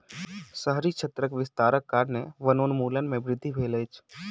शहरी क्षेत्रक विस्तारक कारणेँ वनोन्मूलन में वृद्धि भेल अछि